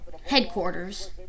headquarters